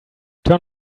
turn